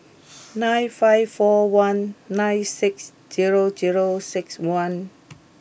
nine five four one nine six zero zero six one